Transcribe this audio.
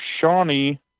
Shawnee